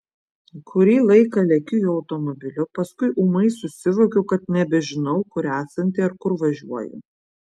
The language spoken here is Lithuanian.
kurį laiką lekiu jo automobiliu paskui ūmai susivokiu kad nebežinau kur esanti ar kur važiuoju